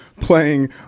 playing